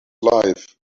life